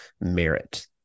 merit